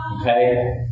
Okay